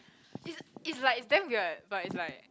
is is like damn weird but is like